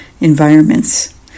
environments